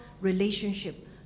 relationship